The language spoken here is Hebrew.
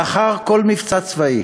לאחר כל מבצע צבאי,